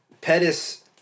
Pettis